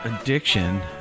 addiction